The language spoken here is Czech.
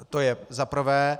To je za prvé.